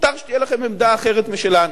מותר שתהיה לכם עמדה אחרת משלנו.